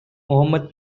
mohamed